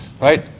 right